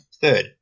third